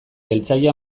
jeltzale